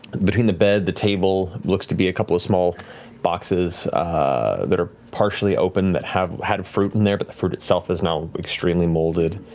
between the bed, the table, looks to be a couple of small boxes that are partially open that have had fruit in there, but the fruit is now extremely molded.